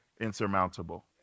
insurmountable